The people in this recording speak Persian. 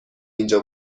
اینجا